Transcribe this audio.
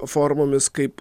formomis kaip